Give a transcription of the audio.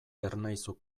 ernaizu